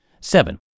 Seven